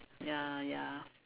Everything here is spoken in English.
ya ya